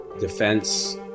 defense